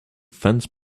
fence